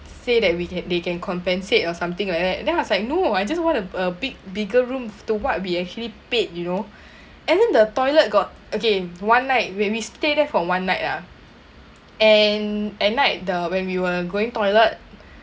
say that we can they can compensate or something like that then I was like no I just want to a big bigger rooms to what we actually paid you know and then the toilet got okay one night when we stay there for one night ah and at night the when we were going toilet